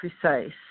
precise